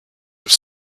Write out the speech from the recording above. have